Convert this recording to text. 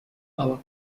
our